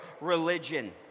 religion